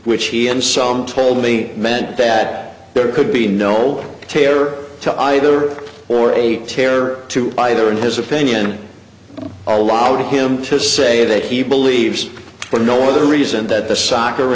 which he and some told me meant that there could be no tailor to either or a tear to either in his opinion allowed him to say that he believes but nor the reason that the soccer